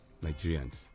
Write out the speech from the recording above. Nigerians